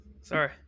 Sorry